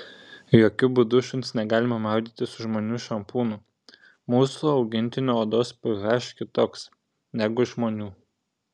jokiu būdu šuns negalima maudyti su žmonių šampūnu mūsų augintinių odos ph kitoks negu žmonių